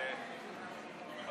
אז